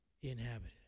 inhabited